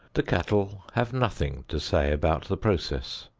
the cattle have nothing to say about the process.